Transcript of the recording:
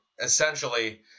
essentially